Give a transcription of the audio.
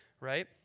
right